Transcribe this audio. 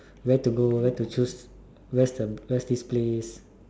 where to go where to choose where's this place